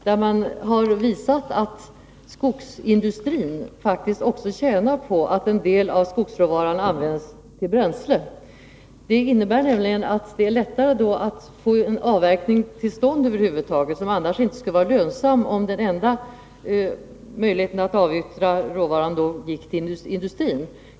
Man har där visat att skogsindustrin faktiskt också tjänar på att en del av skogsråvaran används till bränsle. Det innebär nämligen att det är lättare att över huvud taget få till stånd en avverkning, som inte skulle vara lönsam om den enda möjligheten att avyttra råvaran var att skicka den till industrin.